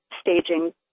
staging